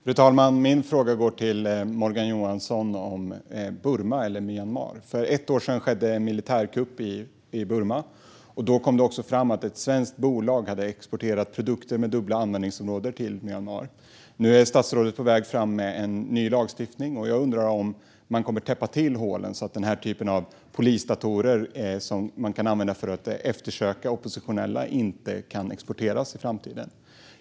Fru talman! Jag har en fråga till Morgan Johansson om Burma, eller Myanmar. För ett år sedan skedde en militärkupp i Burma, och då kom det också fram att ett svenskt bolag hade exporterat produkter med dubbla användningsområden till Myanmar. Nu är statsrådet på väg fram med en ny lagstiftning, och jag undrar om man kommer att täppa till hålen så att denna typ av polisdatorer, som kan användas för att eftersöka oppositionella, inte kan exporteras i framtiden.